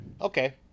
Okay